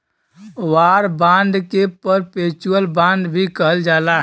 war bond के perpetual bond भी कहल जाला